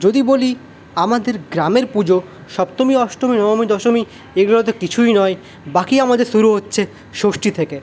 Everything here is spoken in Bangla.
যদি বলি আমাদের গ্রামের পুজো সপ্তমী অষ্টমী নবমী দশমী এগুলো তো কিছুই নয় বাকি আমাদের শুরু হচ্ছে ষষ্ঠী থেকে